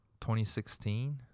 2016